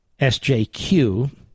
SJQ